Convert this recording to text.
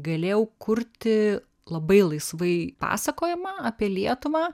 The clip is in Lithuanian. galėjau kurti labai laisvai pasakojimą apie lietuvą